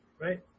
Right